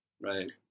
Right